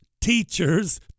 teachers